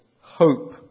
hope